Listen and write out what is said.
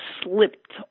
slipped